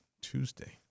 Tuesday